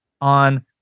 on